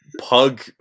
pug